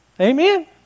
Amen